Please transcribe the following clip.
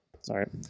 sorry